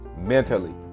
Mentally